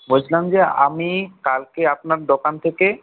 বলছিলাম যে আমি কালকে আপনার দোকান থেকে